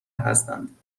هستند